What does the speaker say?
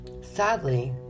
Sadly